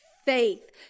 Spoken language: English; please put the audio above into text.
faith